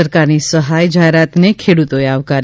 સરકારની સહાય જાહેરાતને ખેડૂતોએ આવકારી